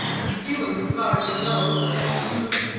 concealing the side of the nose, and who,